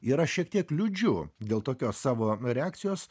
ir aš šiek tiek liūdžiu dėl tokios savo reakcijos